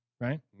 right